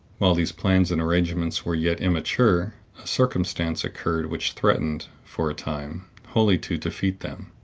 while these plans and arrangements were yet immature, a circumstance occurred which threatened, for a time, wholly to defeat them.